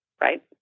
right